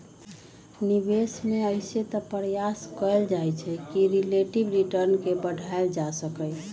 निवेश में अइसे तऽ प्रयास कएल जाइ छइ कि रिलेटिव रिटर्न के बढ़ायल जा सकइ